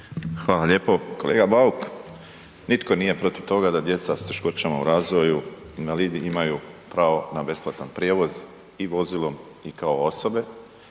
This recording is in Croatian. Hvala lijepo. Kolega Bauk, nitko nije protiv toga da djeca s teškoćama u razvoju, invalidi imaju pravo na besplatan prijevoz i vozilom i kao osobe